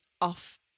off